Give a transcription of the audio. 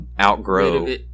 outgrow